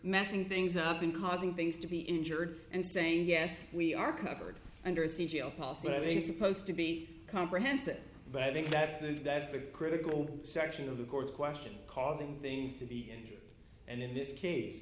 messing things up and causing things to be injured and saying yes we are covered under a c t o policy that they supposed to be comprehensive but i think that's the that's the critical section of the court question causing things to the injury and in this case